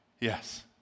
Yes